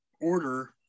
order